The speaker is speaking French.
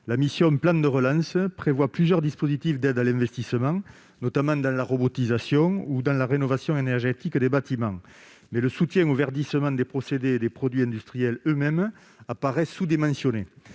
La mission « Plan de relance » prévoit plusieurs dispositifs d'aides à l'investissement, notamment dans la robotisation ou la rénovation énergétique des bâtiments. Cependant, le soutien au « verdissement » des procédés et des produits industriels eux-mêmes apparaît sous-dimensionné.